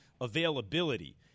availability